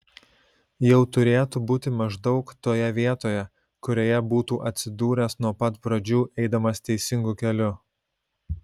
jau turėtų būti maždaug toje vietoje kurioje būtų atsidūręs nuo pat pradžių eidamas teisingu keliu